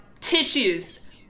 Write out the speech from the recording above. tissues